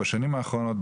בשנים האחרונות,